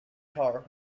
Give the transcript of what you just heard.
car